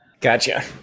Gotcha